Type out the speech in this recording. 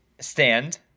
stand